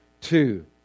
Two